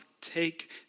take